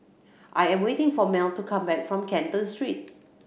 I am waiting for Mel to come back from Canton Street